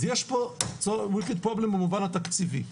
אז יש פה וויקד פרובלם במובן התקציבי.